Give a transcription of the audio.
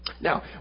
Now